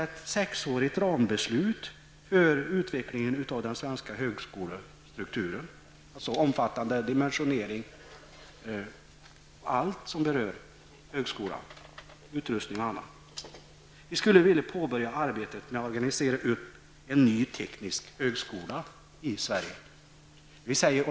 Ett sexårigt rambeslut för utvecklingen av den svenska högskolestrukturen omfattande dimensionering och allt som rör högskolan, utrustning och annat, bör utarbetas. Vi vill att arbetet med att organisera en ny teknisk högskola i Sverige skall påbörjas.